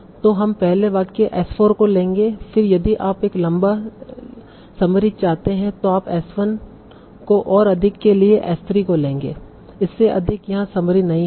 तो हम पहले वाक्य S4 को लेंगे फिर यदि आप एक लंबा समरी चाहते हैं तो आप S 1 को और अधिक के लिए S 3 को लेंगे इससे अधिक यहाँ समरी नहीं होगी